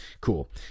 cool